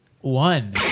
one